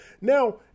Now